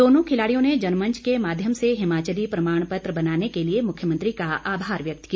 दोनों खिलाड़ियों ने जनमंच के माध्यम से हिमाचली प्रमाणपत्र बनाने के लिए मुख्यमंत्री का आभार व्यक्त किया